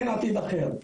אין עתיד אחר,